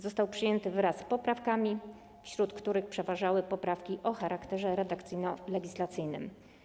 Został przyjęty wraz z poprawkami, wśród których przeważały poprawki o charakterze redakcyjno-legislacyjnym.